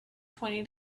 twenty